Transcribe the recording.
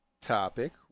topic